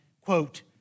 quote